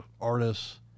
artists